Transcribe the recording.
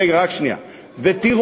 רגע, רק שנייה, זה קומוניזם.